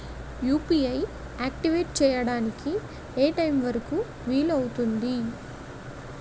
UPI activate చెయ్యడానికి ఏ time వరుకు వీలు అవుతుంది?